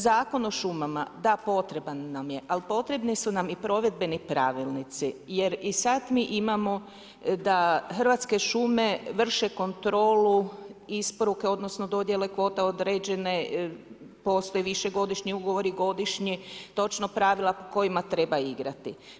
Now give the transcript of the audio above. Zakon o šumama, da, potreban nam je ali potrebni su nam i provedbeni pravilnici jer i sad imamo da Hrvatske šume vrše kontrolu isporuke odnosno dodjele kvota određene, postoje višegodišnji ugovori, godišnji, točno pravila po kojima treba igrati.